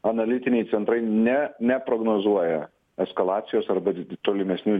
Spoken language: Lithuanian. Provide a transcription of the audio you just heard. analitiniai centrai ne neprognozuoja eskalacijos arba di tolimesnių